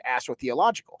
astrotheological